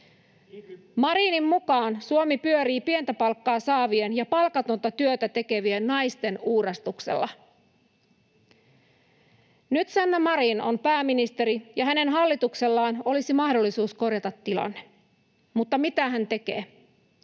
Marinin mukaan Suomi pyörii pientä palkkaa saavien ja palkatonta työtä tekevien naisten uurastuksella. Nyt Sanna Marin on pääministeri ja hänen hallituksellaan olisi mahdollisuus korjata tilanne, mutta mitä hän tekee?